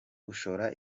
gushora